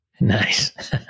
Nice